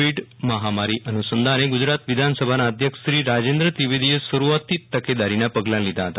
Covid મહામારી અનુસંધાને ગુજરાત વિધાનસભાના અધ્યક્ષશ્રી રાજેન્દ્ર ત્રિવેદીએ શરૂઆતથી જ તકેદારીના પગલાં લીધા હતા